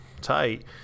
tight